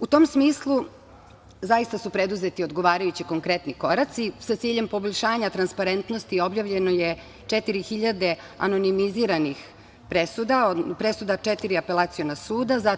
U tom smislu zaista su preuzeti odgovarajući konkretni koraci, sa ciljem poboljšanja transparentnosti objavljeno je 4.000 anonimiziranih presuda, presuda četiri apelaciona suda,